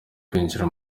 kwinjira